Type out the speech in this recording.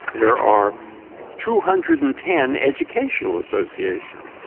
there are two hundred and ten educational associations.